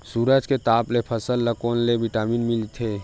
सूरज के ताप ले फसल ल कोन ले विटामिन मिल थे?